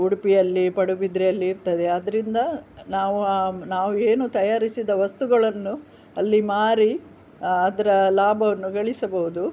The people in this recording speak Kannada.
ಉಡುಪಿಯಲ್ಲಿ ಪಡುಬಿದ್ರೆಯಲ್ಲಿ ಇರ್ತದೆ ಅದರಿಂದ ನಾವು ನಾವು ಏನು ತಯಾರಿಸಿದ ವಸ್ತುಗಳನ್ನು ಅಲ್ಲಿ ಮಾರಿ ಅದರ ಲಾಭವನ್ನು ಗಳಿಸಬಹುದು